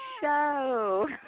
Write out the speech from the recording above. show